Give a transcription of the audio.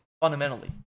fundamentally